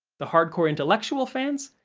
the hardcore intellectual fans,